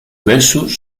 versos